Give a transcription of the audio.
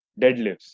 deadlifts